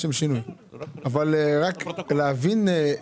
רק להבין,